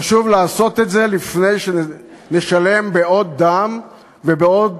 חשוב לעשות את זה לפני שנשלם בעוד דם ובעוד